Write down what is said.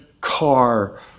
car